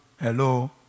hello